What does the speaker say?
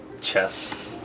chess